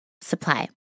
supply